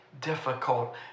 difficult